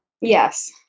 Yes